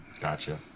gotcha